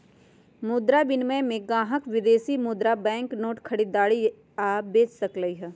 मुद्रा विनिमय में ग्राहक विदेशी मुद्रा बैंक नोट खरीद आ बेच सकलई ह